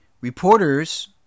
reporters